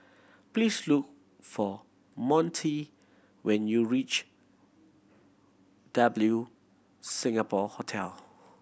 please look for Montie when you reach W Singapore Hotel